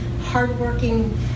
hardworking